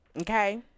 okay